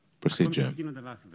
procedure